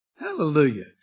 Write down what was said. Hallelujah